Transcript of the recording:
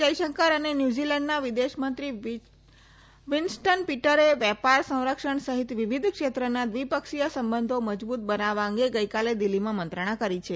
જયશંકર અને ન્યુઝિલેન્ડના વિદેશમંત્રી વીન્સટન પિટરે વેપારસંરક્ષણ સહિત વિવિધ ક્ષેત્રના દ્વિપક્ષીય સંબંધો મજબૂત બનાવવા અંગે ગઇકાલે દિલ્હીમાં મંત્રણા કરી છે